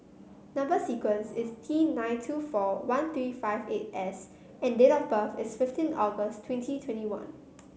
number sequence is T nine two four one three five eight S and date of birth is fifteen August twenty twenty one